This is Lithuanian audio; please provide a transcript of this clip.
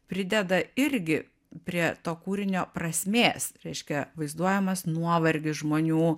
prideda irgi prie to kūrinio prasmės reiškia vaizduojamas nuovargis žmonių